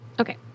Okay